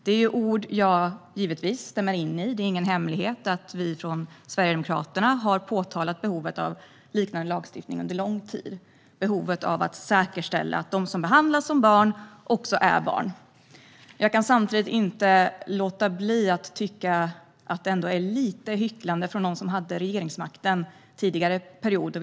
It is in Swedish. Dessa ord stämmer jag givetvis in i - det är ingen hemlighet att vi från Sverigedemokraterna under lång tid har pekat på behovet av liknande lagstiftning och av att säkerställa att de som behandlas som barn också är barn. Jag kan samtidigt inte låta bli att tycka att detta är lite hycklande av någon från ett parti som hade regeringsmakten under tidigare mandatperiod.